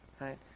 right